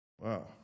Wow